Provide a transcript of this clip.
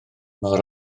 mor